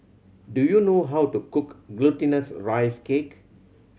do you know how to cook Glutinous Rice Cake